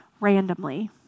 randomly